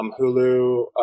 Hulu